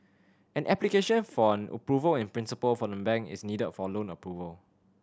an application for an Approval in Principle from the bank is needed for loan approval